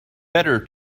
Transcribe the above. better